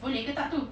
boleh ke tak tu